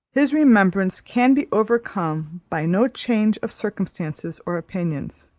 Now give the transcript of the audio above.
his remembrance can be overcome by no change of circumstances or opinions.